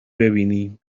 ببینیم